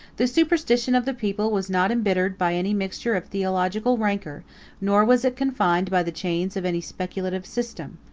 the superstition of the people was not imbittered by any mixture of theological rancor nor was it confined by the chains of any speculative system.